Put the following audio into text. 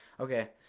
Okay